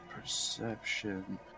Perception